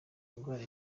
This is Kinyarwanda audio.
ndwara